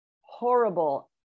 horrible